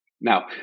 Now